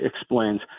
explains